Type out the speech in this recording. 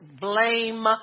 blame